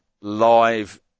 live